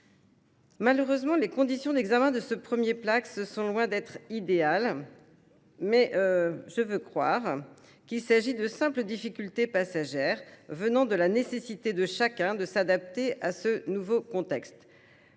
Malheureusement, les conditions d’examen de ce premier Placss sont loin d’être idéales. Je veux croire qu’il s’agit là de simples difficultés passagères, liées à la nécessité pour chacun de s’adapter à ce nouveau contexte.